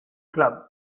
club